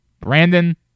Brandon